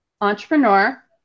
entrepreneur